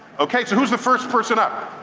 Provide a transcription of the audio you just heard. okay, so who's the first person up?